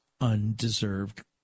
undeserved